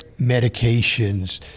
medications